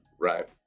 right